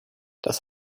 das